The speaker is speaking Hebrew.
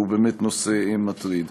והוא באמת נושא מטריד.